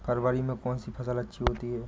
फरवरी में कौन सी फ़सल अच्छी होती है?